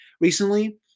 recently